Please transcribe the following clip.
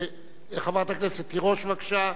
חברת הכנסת תירוש, בבקשה,